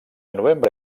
novembre